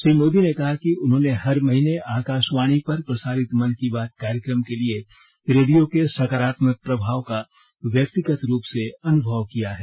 श्री मोदी ने कहा कि उन्होंने हर महीने आकाशवाणी पर प्रसारित मन की बात कार्यक्रम के लिए रेडियो के सकारात्मक प्रभाव का व्यक्तिगत रूप से अनुभव किया है